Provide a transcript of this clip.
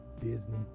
Disney